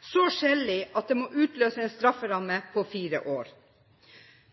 så skjellig at det må utløse en strafferamme på fire år.